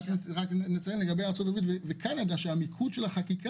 רק נציין לגבי ארצות הבריות וקנדה שהמיקוד של החקיקה